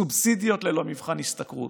סובסידיות ללא מבחן השתכרות,